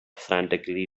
frantically